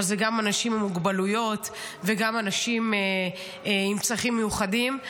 אבל זה גם אנשים עם מוגבלויות וגם אנשים עם צרכים מיוחדים.